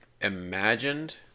Imagined